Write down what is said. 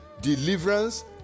deliverance